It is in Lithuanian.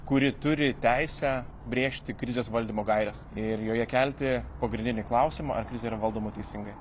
kuri turi teisę brėžti krizės valdymo gaires ir joje kelti pagrindinį klausimą ar krizė yra valdoma teisingai